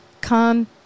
Come